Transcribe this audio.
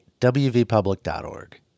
wvpublic.org